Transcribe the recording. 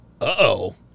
uh-oh